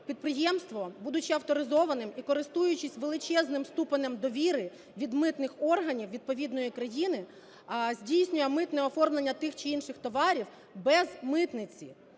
підприємство, будучи авторизованим і користуючись величезним ступенем довіри від митних органів відповідної країни, здійснює митне оформлення тих чи інших товарів без митниці.